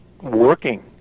working